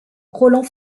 roland